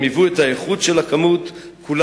הם היוו את האיכות של הכמות כולה,